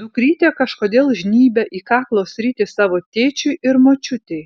dukrytė kažkodėl žnybia į kaklo sritį savo tėčiui ir močiutei